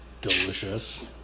delicious